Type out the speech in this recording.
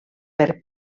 per